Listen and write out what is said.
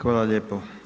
Hvala lijepo.